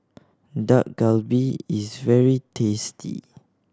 Dak Galbi is very tasty